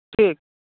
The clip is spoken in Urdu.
ٹھیک